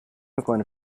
میکنه